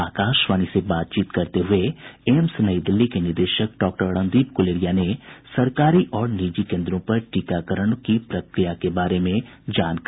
आकाशवाणी से बातचीत करते हुए एम्स नई दिल्ली के निदेशक डॉक्टर रणदीप गुलेरिया ने सरकारी और निजी केन्द्रों पर टीकाकरण की प्रक्रिया के बारे में बताया